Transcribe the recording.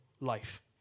life